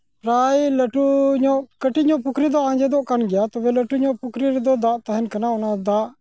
ᱯᱨᱟᱭ ᱞᱟᱹᱴᱩ ᱞᱟᱹᱴᱩ ᱧᱚᱜ ᱠᱟᱹᱴᱤᱡ ᱧᱚᱜ ᱯᱩᱠᱷᱨᱤ ᱫᱚ ᱟᱸᱡᱮᱫᱚᱜ ᱠᱟᱱ ᱜᱮᱭᱟ ᱛᱚᱵᱮ ᱞᱟᱹᱴᱩ ᱧᱚᱜ ᱯᱩᱠᱷᱨᱤ ᱨᱮᱫᱚ ᱛᱟᱦᱮᱱ ᱠᱟᱱᱟ ᱚᱱᱟ ᱫᱟᱜ